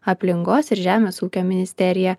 aplinkos ir žemės ūkio ministerija